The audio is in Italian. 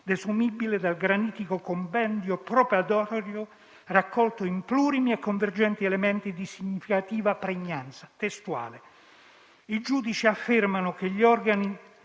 desumibile dal granitico compendio probatorio raccolto in plurimi e convergenti elementi di significativa pregnanza testuale. I giudici affermano che gli organi